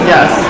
Yes